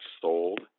sold